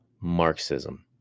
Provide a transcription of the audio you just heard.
Marxism